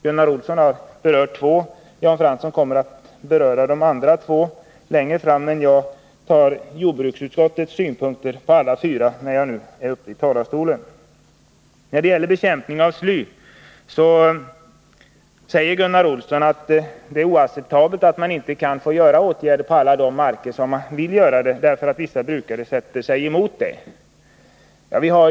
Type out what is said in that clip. Gunnar Olsson tog upp två av dem, och Jan Fransson kommer längre fram i debatten att beröra de andra två, men jag vill redovisa jordbruksutskottets synpunkter på alla fyra reservationerna när jag nu ändå är uppe i talarstolen. När det gäller bekämpningen av sly säger Gunnar Olsson att det är oacceptabelt att man inte kan få vidta åtgärder på alla de marker där man vill göra det, därför att vissa brukare sätter sig emot det.